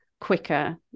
quicker